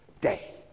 day